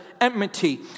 enmity